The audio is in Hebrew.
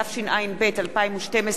התשע"ב 2012,